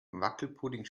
wackelpudding